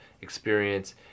experience